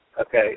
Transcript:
Okay